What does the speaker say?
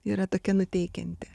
yra tokia nuteikianti